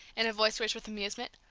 in a voice rich with amusement.